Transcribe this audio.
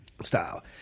style